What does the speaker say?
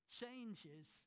changes